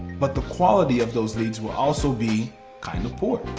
but the quality of those leads will also be kind of poor.